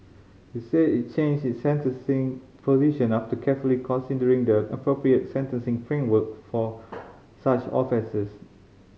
it said it changed its sentencing position after carefully considering the appropriate sentencing framework for such offences